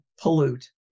pollute